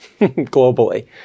globally